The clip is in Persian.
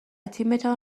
تیمتان